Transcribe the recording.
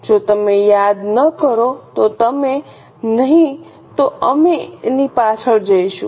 જો તમે યાદ ન કરો તો તમે નહીં તો અમે તેની પાછળ જઈશું